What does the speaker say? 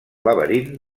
laberint